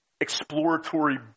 exploratory